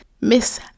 miss